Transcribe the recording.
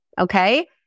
okay